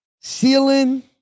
ceiling